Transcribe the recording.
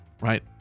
right